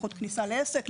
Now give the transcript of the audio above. סמכות כניסה לעסק,